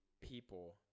people